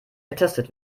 getestet